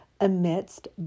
amidst